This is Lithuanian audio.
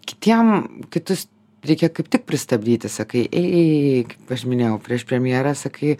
kitiem kitus reikia kaip tik pristabdyti sakai eik aš minėjau prieš premjeras sakai